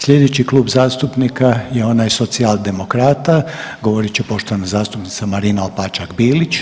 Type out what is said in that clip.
Sljedeći Klub zastupnika je onaj Socijaldemokrata govorit će poštovana zastupnica Marina Opačak Bilić.